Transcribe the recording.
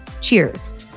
Cheers